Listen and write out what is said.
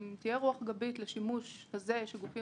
אם תהיה רוח גבית לשימוש שהגופים